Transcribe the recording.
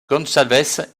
gonçalves